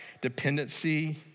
dependency